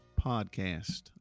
podcast